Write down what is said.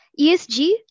ESG